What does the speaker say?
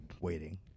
waiting